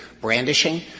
brandishing